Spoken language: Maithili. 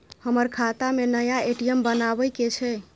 हमर खाता में नया ए.टी.एम बनाबै के छै?